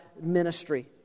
ministry